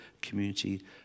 community